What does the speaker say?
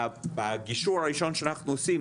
בגישור הראשון שאנחנו עושים,